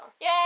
Yay